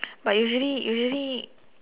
but usually usually